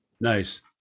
Nice